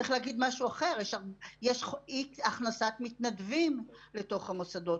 צריך משהו, יש אי הכנסת מתנדבים לתוך המוסדות.